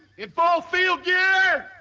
in full field gear.